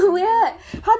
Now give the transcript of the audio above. it's weird